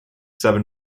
seven